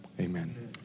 Amen